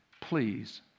please